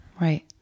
Right